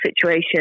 situation